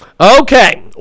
okay